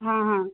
हां हां